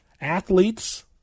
athletes